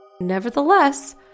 Nevertheless